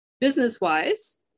business-wise